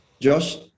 Josh